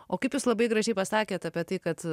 o kaip jūs labai gražiai pasakėt apie tai kad